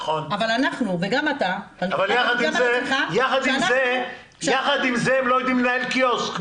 נכון, אבל יחד עם זה הם לא יודעים לנהל קיוסק.